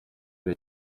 ari